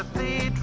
the.